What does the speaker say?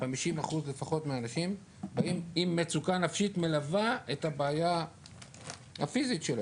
50% לפחות מהאנשים באים עם מצוקה נפשית מלווה את הבעיה הפיזית שלהם,